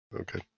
Okay